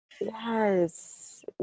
Yes